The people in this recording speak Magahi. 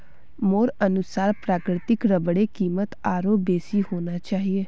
मोर अनुसार प्राकृतिक रबरेर कीमत आरोह बेसी होना चाहिए